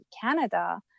Canada